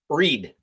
read